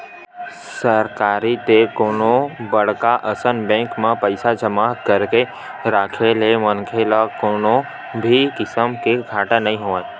सरकारी ते कोनो बड़का असन बेंक म पइसा जमा करके राखे ले मनखे ल कोनो भी किसम ले घाटा नइ होवय